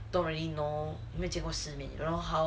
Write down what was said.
don't really know 没见过市面 don't really know how